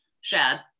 Shad